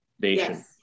Nation